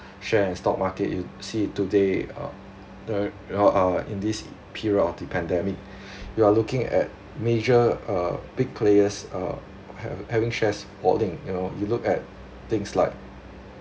share and stock market you see today um there you know uh in this period of the pandemic you are looking at major uh big players uh have having shares falling you know you look at things like